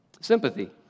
sympathy